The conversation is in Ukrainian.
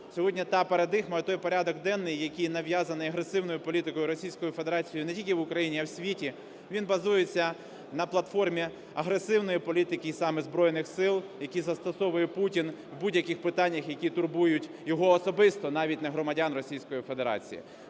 сьогодні та парадигма і той порядок денний, який нав'язаний агресивною політикою Російської Федерації не тільки в Україні, а й в світі, він базується на платформі агресивної політики і саме збройних сил, які застосовує Путін в будь-яких питаннях, які турбують його особисто, навіть не громадян Російської Федерації.